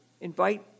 invite